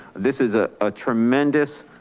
this is a ah tremendous,